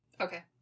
Okay